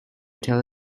tell